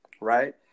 Right